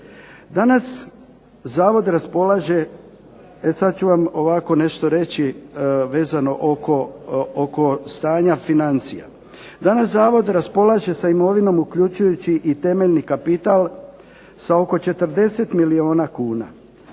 Danas Zavod raspolaže sa imovinom uključujući temeljni kapital sa oko 40 milijuna kuna,